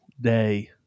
day